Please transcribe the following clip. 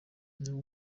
niwo